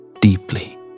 deeply